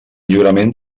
lliurament